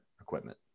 equipment